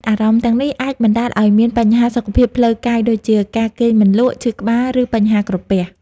អារម្មណ៍ទាំងនេះអាចបណ្ដាលឲ្យមានបញ្ហាសុខភាពផ្លូវកាយដូចជា ការគេងមិនលក់ ឈឺក្បាល ឬបញ្ហាក្រពះ។